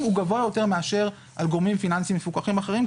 גבוה יותר מאשר על גורמים פיננסיים מפוקחים אחרים,